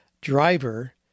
driver